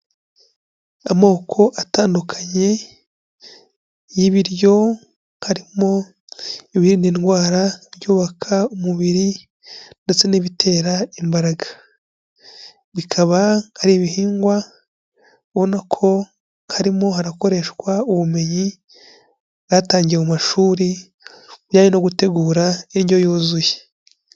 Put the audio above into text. Amoko atandukanye y'ibiryo harimo ibirinda indwara, ibyubaka umubiri ndetse n'ibitera imbaraga. Bikaba ari ibihingwa ubonako harimo harakoreshwa ubumenyi bwatangiwe mu mashuri ajyanye no gutegura indyo yuzuye.